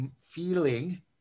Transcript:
feeling